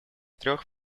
трех